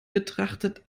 betrachtet